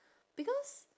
because